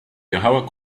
cuando